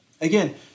Again